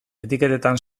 etiketetan